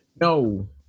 No